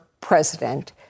president